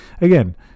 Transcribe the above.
again